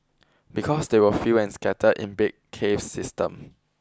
because they are few and scattered in big cave system